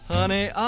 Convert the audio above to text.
Honey